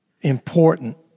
important